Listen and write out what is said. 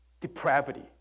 depravity